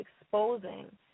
exposing